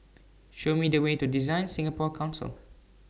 Show Me The Way to DesignSingapore Council